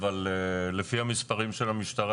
אבל לפי המספרים של המשטרה,